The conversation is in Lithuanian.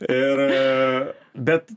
ir bet